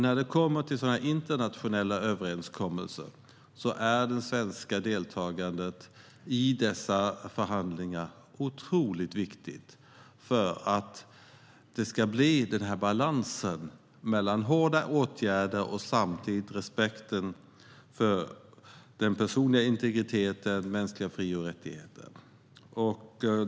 När det handlar om sådana här internationella överenskommelser är det svenska deltagandet i förhandlingarna otroligt viktigt för att det ska bli en balans mellan hårda åtgärder och respekten för den personliga integriteten och för mänskliga fri och rättigheter.